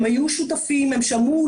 הם היו שותפים, הם שמעו.